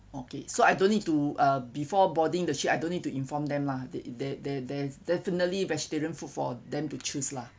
okay so I don't need to uh before boarding the ship I don't need to inform them lah they they they there's definitely vegetarian food for them to choose lah